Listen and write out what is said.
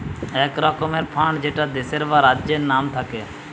এক রকমের ফান্ড যেটা দেশের বা রাজ্যের নাম থাকে